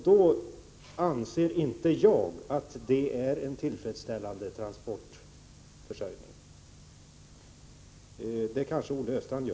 Det anser inte jag är en tillfredsställande transportförsörjning, men det gör kanske Olle Östrand.